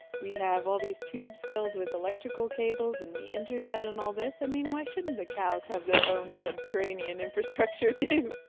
we have all these tubes filled with electrical cables and the internet and all these. i mean, why shouldn't the cows have their own subterranean infrastructure too?